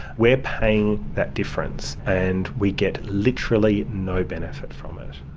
we're paying that difference, and we get literally no benefit from it.